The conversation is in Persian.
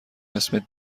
اسمت